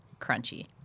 crunchy